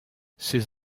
ces